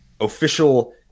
official